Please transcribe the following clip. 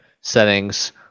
settings